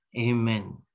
Amen